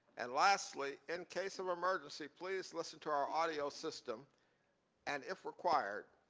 and lastly, in case of emergency, please listen to our audio system and if required,